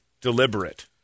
deliberate